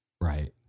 Right